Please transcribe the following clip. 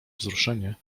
wzruszenie